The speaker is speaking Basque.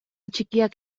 txikiak